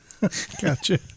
Gotcha